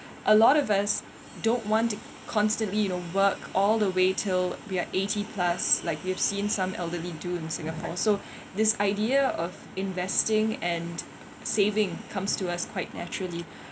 a lot of us don't want to constantly you know work all the way till we're eighty plus like you've seen some elderly do in singapore so this idea of investing and saving comes to us quite naturally